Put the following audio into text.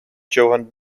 johann